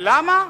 ולמה?